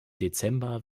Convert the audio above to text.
dezember